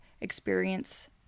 experience